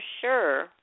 sure